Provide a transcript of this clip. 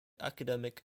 academic